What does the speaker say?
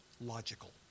logical